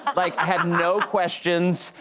um like i had no questions.